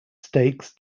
stakes